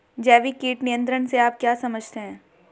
जैविक कीट नियंत्रण से आप क्या समझते हैं?